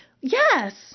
yes